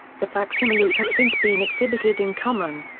the facsimiles have since been exhibited in qumran.